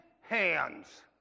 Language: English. hands